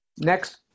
Next